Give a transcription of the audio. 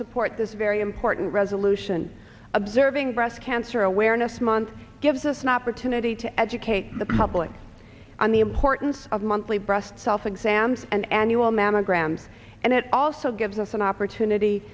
support this very important resolution observing breast cancer awareness month gives us an opportunity to educate the public on the importance of monthly breast self exams and annual mammograms and it also gives us an opportunity